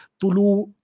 Tulu